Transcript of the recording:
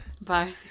Bye